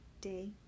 Day